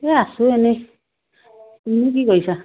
এই আছোঁ এনেই তুমি কি কৰিছা